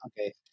Okay